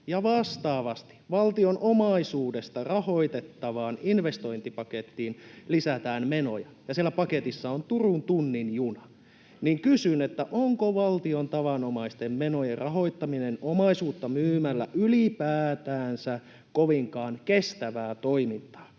vastaavasti valtion omaisuudesta rahoitettavaan investointipakettiin lisätään menoja — ja siellä paketissa on Turun tunnin juna? Kysyn: onko valtion tavanomaisten menojen rahoittaminen omaisuutta myymällä ylipäätäänsä kovinkaan kestävää toimintaa,